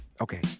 Okay